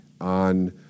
on